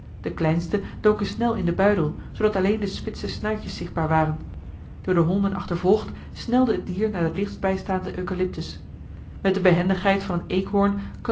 de kleinste doken snel in den buidel zoodat alleen de spitse snuitjes zichtbaar waren door de honden achtervolgd snelde het dier naar den dichtst bijstaanden eucalyptus met de behendigheid van een